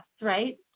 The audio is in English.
right